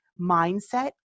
mindset